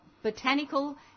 Botanical